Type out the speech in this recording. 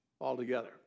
altogether